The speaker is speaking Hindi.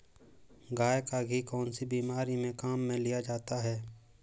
गाय का घी कौनसी बीमारी में काम में लिया जाता है?